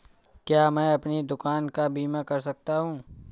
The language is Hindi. क्या मैं अपनी दुकान का बीमा कर सकता हूँ?